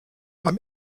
beim